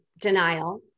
denial